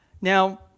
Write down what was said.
Now